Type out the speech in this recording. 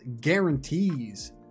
guarantees